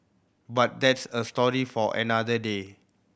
but that's a story for another day